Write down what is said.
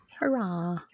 Hurrah